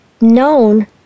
known